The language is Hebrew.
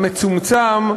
המצומצם,